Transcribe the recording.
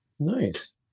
Nice